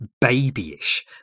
Babyish